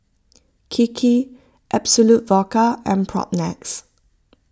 Kiki Absolut Vodka and Propnex